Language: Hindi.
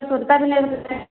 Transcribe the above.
कोई सुनता भी नहीं उसमें